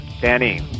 Danny